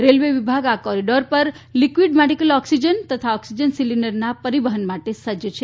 railway વિભાગ આ corridor પર લીકવીડ મેડીકલ ઓક્સિજન તથા ઓક્સિજન સીલીન્ડરના પરીવહન માટે સજ્જ છે